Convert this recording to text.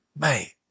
Mate